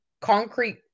concrete